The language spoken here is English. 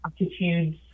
attitudes